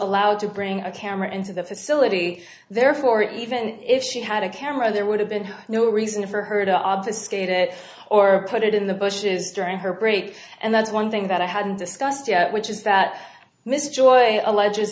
allowed to bring a camera into the facility therefore even if she had a camera there would have been no reason for her to obfuscate it or put it in the bushes during her break and that's one thing that i hadn't discussed which is that miss joy allege